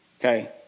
Okay